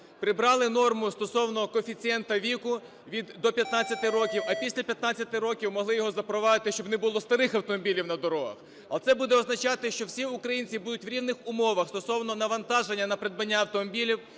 прибрали норму стосовно коефіцієнта віку до 15 років, а після 15 років могли його запровадити, щоб не було старих автомобілів на дорогах. Оце буде означати, що всі українці будуть в рівних умовах стосовно навантаження на придбання автомобілів,